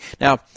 Now